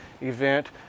event